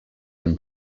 been